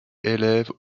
élève